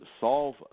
solve